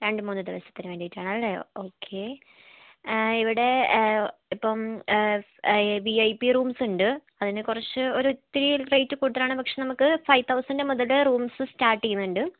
രണ്ട് മൂന്ന് ദിവസത്തിന് വേണ്ടിയിട്ടാണല്ലേ ഓക്കേ ഇവിടെ ഇപ്പം വി ഐ പി റൂംസ് ഉണ്ട് അതിന് കുറച്ച് ഒരിത്തിരി റേറ്റ് കൂടുതലാണ് പക്ഷേ നമുക്ക് ഫൈവ് തൗസൻഡ് മുതൽ റൂംസ് സ്റ്റാർട്ട് ചെയ്യുന്നുണ്ട്